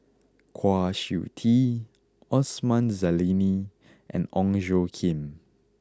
Kwa Siew Tee Osman Zailani and Ong Tjoe Kim